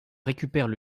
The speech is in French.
récupèrent